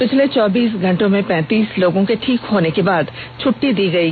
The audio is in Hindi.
पिछले चौबीस घंटों में पैंतीस लोगों के ठीक होने के बाद छुट्टी दी गयी